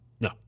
No